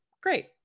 great